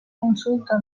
consulta